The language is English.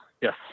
yes